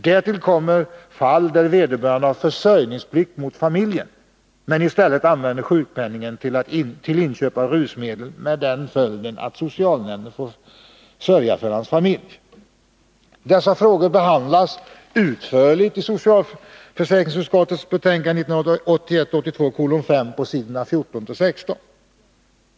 Därtill kommer fall där vederbörande har försörjningsplikt mot sin familj men i stället använder sjukpenningen till inköp av rusmedel med den följden att socialnämnden får sörja för hans familj. Dessa frågor behandlas utförligt i socialutskottets betänkande 1981/82:5 ss. 14-16.